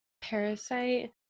Parasite